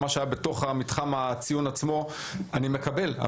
מה שהיה בתוך מתחם הציון עצמו אני מקבל.